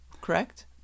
correct